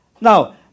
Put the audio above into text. Now